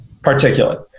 particulate